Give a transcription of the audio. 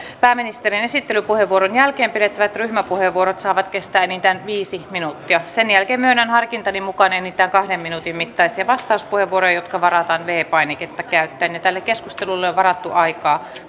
pääministerin esittelypuheenvuoron jälkeen pidettävät ryhmäpuheenvuorot saavat kestää enintään viisi minuuttia sen jälkeen myönnän harkintani mukaan enintään kahden minuutin mittaisia vastauspuheenvuoroja jotka varataan viides painiketta käyttäen tälle keskustelulle on varattu aikaa